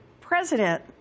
president